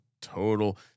total